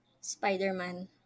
Spider-Man